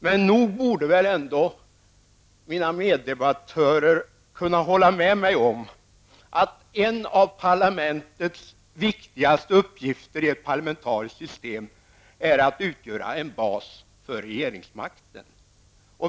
Men nog borde väl ändå mina meddebattörer kunna hålla med mig om att en av parlamentets viktigaste uppgifter i ett parlamentariskt system är att utgöra en bas för regeringsmakten.